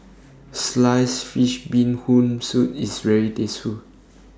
Sliced Fish Bee Hoon Soup IS very